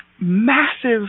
massive